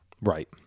right